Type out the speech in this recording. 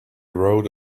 rode